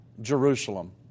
Jerusalem